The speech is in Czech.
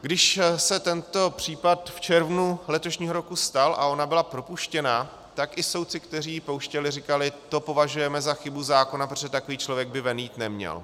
Když se tento případ v červnu letošního roku stal a ona byla propuštěna, tak i soudci, kteří ji pouštěli, říkali: to považujeme za chybu zákona, protože takový člověk by ven jít neměl.